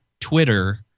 Twitter